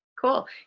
Cool